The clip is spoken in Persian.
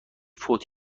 فوت